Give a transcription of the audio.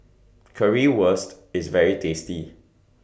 Currywurst IS very tasty